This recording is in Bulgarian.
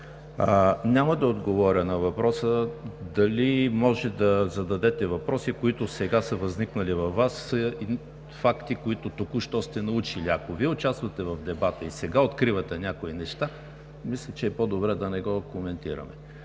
Няма да отговаря на въпроса дали може да зададете въпроси, които сега са възникнали във Вас от факти, които току-що сте научили. Ако Вие участвате в дебата и сега откривате някои неща, мисля, че е по-добре да не го коментираме.